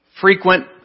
frequent